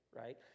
right